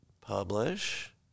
publish